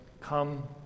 come